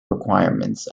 requirements